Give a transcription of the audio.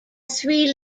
three